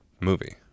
movie